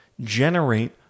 Generate